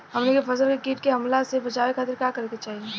हमनी के फसल के कीट के हमला से बचावे खातिर का करे के चाहीं?